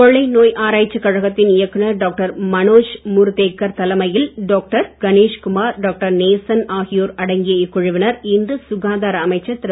கொள்ளை நோய் ஆராய்ச்சிக் கழகத்தின் இயக்குநர் டாக்டர் மனோஜ் முர்தேக்கர் தலைமையில் டாக்டர் கணேஷ்குமார் டாக்டர் நேசன் ஆகியோர் அடங்கிய இக்குழுவினர் இன்று சுகாதார அமைச்சர் திரு